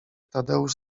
tadeusz